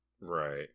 Right